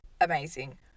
Amazing